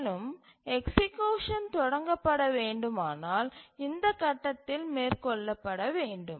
மேலும் எக்சீக்யூசன் தொடங்க பட வேண்டுமானால் இந்த கட்டத்தில் மேற்கொள்ளப்பட வேண்டும்